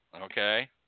okay